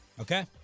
Okay